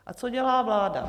A co dělá vláda?